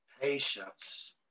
Patience